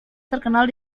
terkenal